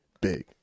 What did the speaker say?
big